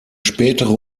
spätere